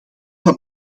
van